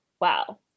Wow